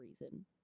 reason